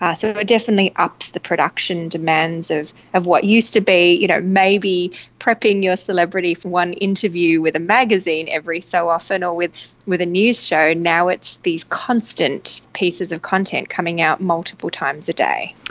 ah so it definitely ups the production demands of of what used to be you know maybe prepping your celebrity for one interview with a magazine every so often or with with a news show, now it's these constant pieces of content coming out multiple times a day.